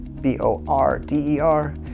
B-O-R-D-E-R